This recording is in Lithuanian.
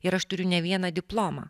ir aš turiu ne vieną diplomą